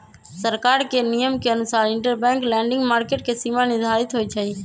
सरकार के नियम के अनुसार इंटरबैंक लैंडिंग मार्केट के सीमा निर्धारित होई छई